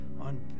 on